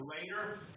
later